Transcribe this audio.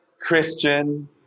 Christian